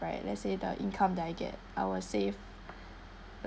right let's say the income that I get I'll save